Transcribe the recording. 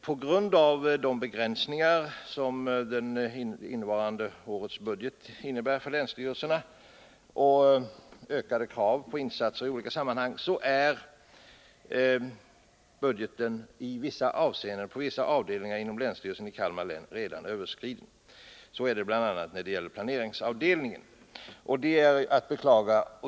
På grund av de begränsningar som det innevarande årets budget innebär för länsstyrelserna och på grund av ökade krav på insatser i olika sammanhang har man på vissa avdelningar på länsstyrelsen i Kalmar län redan överskridit sin budget. Så är det bl.a. när det gäller planeringsavdelningen, och det är att beklaga.